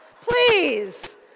Please